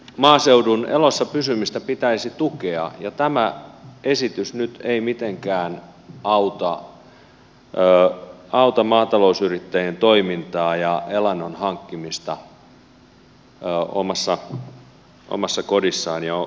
maaseudun elossa pysymistä pitäisi tukea ja tämä esitys nyt ei mitenkään auta maatalousyrittäjien toimintaa ja elannon hankkimista omassa kodissaan ja kotiympäristössään